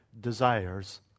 desires